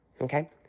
Okay